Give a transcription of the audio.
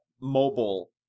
mobile